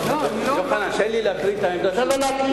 לא, אני לא, תן לי להסביר את העמדה, תן לו להסביר.